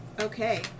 okay